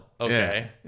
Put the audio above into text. okay